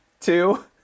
Two